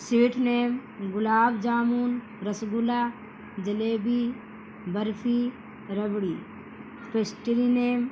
sweet name gulab jamun rasgulla jalebi barfi rabri pastry name